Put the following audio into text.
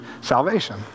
salvation